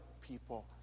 people